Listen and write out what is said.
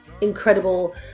incredible